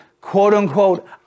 quote-unquote